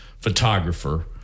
photographer